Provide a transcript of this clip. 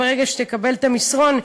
ברגע שתקבל את המסרון,